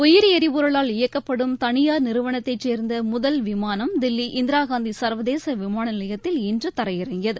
உயிரி எரிபொருளால் இயக்கப்படும் தனியார் நிறுவனத்தைச் சேர்ந்த முதல் விமானம் தில்லி இந்திராகாந்தி சா்வதேச விமான நிலையத்தில் இன்று தரையிறங்கியது